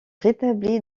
rétabli